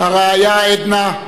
הרעיה עדנה,